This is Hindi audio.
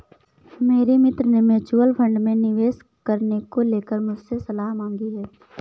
मेरे मित्र ने म्यूच्यूअल फंड में निवेश करने को लेकर मुझसे सलाह मांगी है